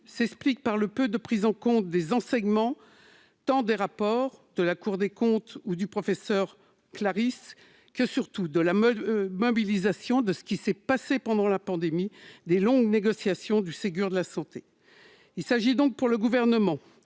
s'explique par la faible prise en compte des enseignements issus des rapports de la Cour des comptes et du professeur Claris et, surtout, de la mobilisation qui s'est produite, pendant la pandémie, autour des longues négociations du Ségur de la santé. Il s'agit donc pour le Gouvernement